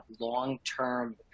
long-term